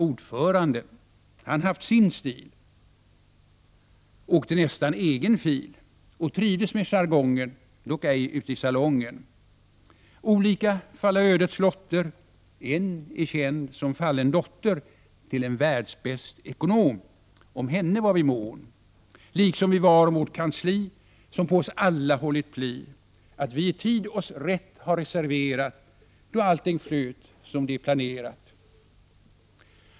Ordföranden, han haft sin stil åkte nästan egen fil och trivdes med jargongen, dock ej uti salongen. Olika faller ödets lotter; en är känd som fallen dotter till en världsbäst ekonom. Om henne var vi mån”. Liksom vi var om vårt kansli som på oss alla hållit pli att vi i tid oss rätt har reserverat. Då allting flöt som det planerat.